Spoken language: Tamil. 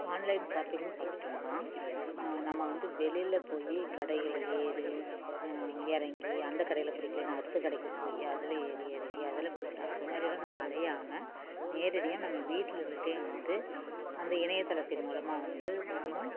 ஆன்லைன் ஷாப்பிங்னு பார்த்துட்டோம்னா நம்ம வந்து வெளியில போய் கடைகள்ல ஏறி இறங்கி அந்த கடையில் பிடிக்கலேனா அடுத்த கடைக்கு போய் அதில் ஏறி இறங்கி அதில் பிடிக்கலன்னு அதுமாதிரியெல்லாம் நம்ம அலையாமல் நேரடியாக நம்ம வீட்டில இருந்துகிட்டே வந்து அந்த இணையதளத்தின் மூலமாக வந்து நம்ம